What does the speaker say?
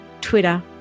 Twitter